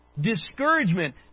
Discouragement